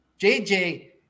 JJ